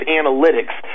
analytics